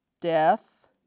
death